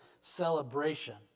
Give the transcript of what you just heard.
celebration